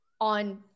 on